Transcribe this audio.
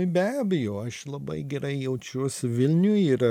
be abejo aš labai gerai jaučiuosi vilniuj ir